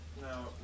Now